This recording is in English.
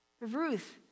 Ruth